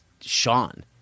Sean